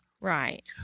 Right